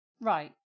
right